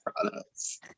products